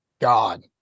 God